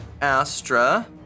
Astra